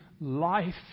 life